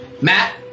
Matt